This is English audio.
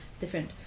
different